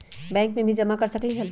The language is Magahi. बैंक में भी जमा कर सकलीहल?